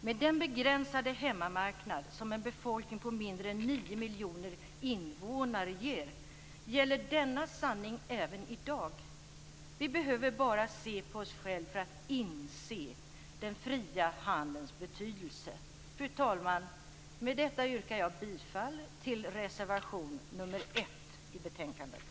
Med den begränsade hemmamarknad som en befolkning på mindre än nio miljoner invånare ger gäller denna sanning även i dag. Vi behöver bara se på oss själva för att inse den fria handelns betydelse. Fru talman! Med detta yrkar jag bifall till reservation nr 1 till betänkandet.